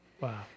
Wow